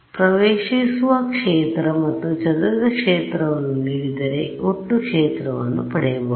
ಆದ್ದರಿಂದ ಪ್ರವೇಶಿಸುವ ಕ್ಷೇತ್ರ ಮತ್ತು ಚದುರಿದ ಕ್ಷೇತ್ರವನ್ನು ನೀಡಿದರೆ ಒಟ್ಟು ಕ್ಷೇತ್ರವನ್ನು ಪಡೆಯಬಹುದು